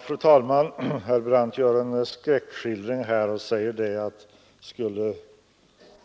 Fru talman! Herr Brandt ger en skräckskildring och säger att skulle